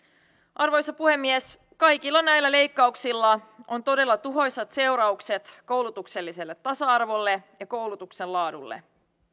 arvoisa puhemies kaikilla näillä leikkauksilla on todella tuhoisat seuraukset koulutukselliselle tasa arvolle ja koulutuksen laadulle